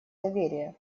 доверие